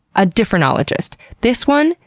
a different ologist. this one,